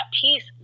peace